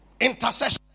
Intercession